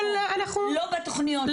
לא בתוכניות שלהם.